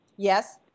Yes